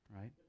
right